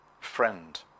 Friend